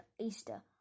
Easter